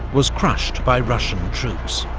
was crushed by russian troops.